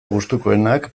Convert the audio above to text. gustukoenak